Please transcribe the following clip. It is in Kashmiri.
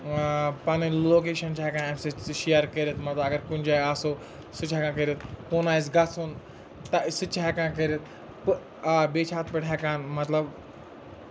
پَنٕنۍ لوکیشَن چھِ ہیٚکان اَمہِ سۭتۍ شِیَر کٔرِتھ مطلب اگر کُنہِ جایہِ آسو سُہ چھِ ہیٚکان کٔرِتھ کُن آسہِ گژھُن تہٕ سُہ تہِ چھِ ہیٚکان کٔرِتھ تہٕ آ بیٚیہِ چھِ اَتھ پٮ۪ٹھ ہیٚکان مطلب